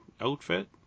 outfit